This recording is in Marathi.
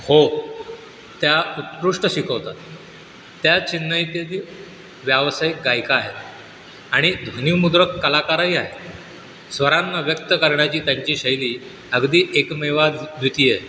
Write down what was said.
हो त्या उत्कृष्ट शिकवतात त्या चेन्नईतीत व्यावसायिक गायिका आहेत आणि ध्वनीमुद्रक कलाकारही आहेत स्वरांना व्यक्त करण्याची त्यांची शैली अगदी एकमेवाद् द्वितीय आहे